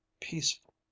peaceful